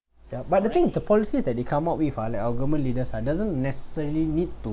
ya but the thing is the policy that they come up with like our government leaders uh doesn't necessarily need to